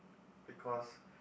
because